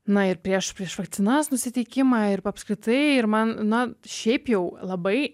na ir prieš prieš vakcinas nusiteikimą ir apskritai ir man na šiaip jau labai